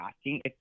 asking